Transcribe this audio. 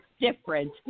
different